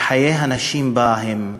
וחיי הנשים בה הם הפקר,